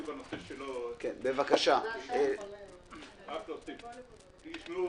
עוד בנושא שלו: אני שירתי בשב"כ בלבנון מ-1978 ועד 2000. בנושא שלו,